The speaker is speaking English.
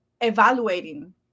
evaluating